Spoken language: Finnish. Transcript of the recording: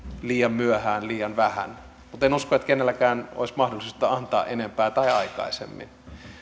liian myöhään liian vähän mutta en usko että kenelläkään olisi mahdollisuutta antaa enempää tai aikaisemmin